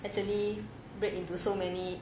actually break into so many